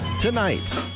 tonight